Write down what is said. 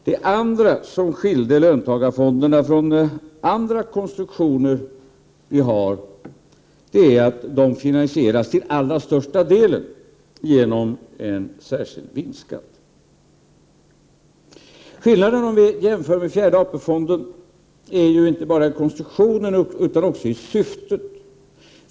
Det andra som skiljer löntagarfonderna från andra konstruktioner är att de finansieras till allra största delen genom en särskild vinstskatt. Skillnaden är inte bara konstruktionen utan också syftet, om vi jämför med fjärde AP-fonden.